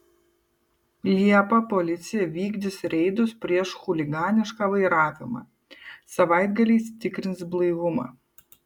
liepą policija vykdys reidus prieš chuliganišką vairavimą savaitgaliais tikrins blaivumą